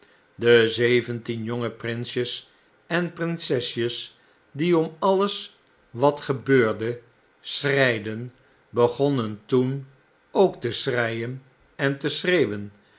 de zeventien jonge prinsjes en prinsesjes die om alles wat gebeurde schreiden begonnen toen ook te schreien en te schreeuwen